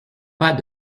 pas